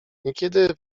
niekiedy